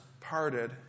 parted